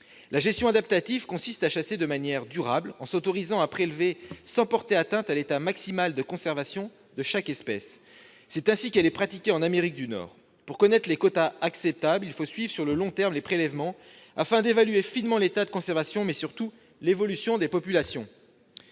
La gestion adaptative consiste à chasser de manière durable, en s'autorisant à prélever sans porter atteinte à l'état maximal de conservation de chaque espèce. C'est ainsi qu'elle est pratiquée en Amérique du Nord. Pour connaître les quotas acceptables, il faut suivre les prélèvements sur le long terme afin d'évaluer finement non seulement l'état de conservation, mais surtout l'évolution des populations.